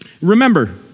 Remember